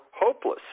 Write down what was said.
hopeless